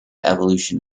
evolution